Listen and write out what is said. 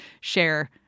share